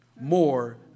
More